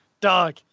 dog